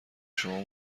شما